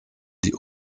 die